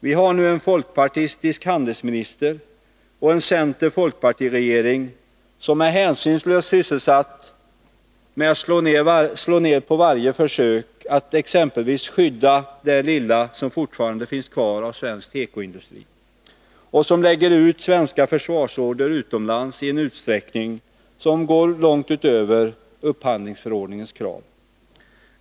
Vi har nu en folkpartistisk handelsminister och en center-folkpartiregering som är sysselsatt med att hänsynslöst slå ner på varje försök att exempelvis skydda det lilla som fortfarande finns kvar av svensk tekoindustri, som lägger ut svenska försvarsorder utomlands i en utsträckning som går långt utöver upphandlingsförordningens krav.